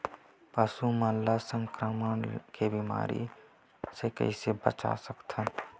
पशु मन ला संक्रमण के बीमारी से कइसे बचा सकथन?